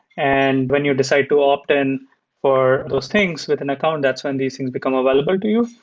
and when you decide to opt-in for those things with an account, that's when these things become available to you.